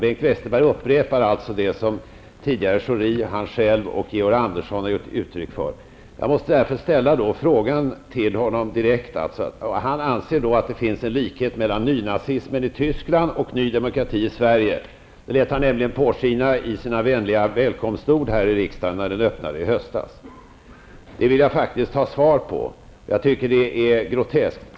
Bengt Westerberg upprepar alltså det som tidigare Schori, han själv och Georg Andersson givit uttryck för. Bengt Westerberg anser att det finns en likhet mellan nynazismen i Tyskland och Ny Demokrati i Sverige -- det lät han nämligen påskina i sina vänliga välkomstord här i riksdagen när riksdagen öppnade i höstas. Jag måste då ställa frågan till honom direkt, om han vidhåller detta, och jag vill ha svar på den. Jag tycker det är ett groteskt påstående.